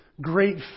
great